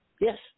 Yes